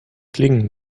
klingen